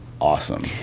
awesome